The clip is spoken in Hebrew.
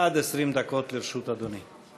עד 20 דקות לרשות אדוני.